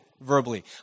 verbally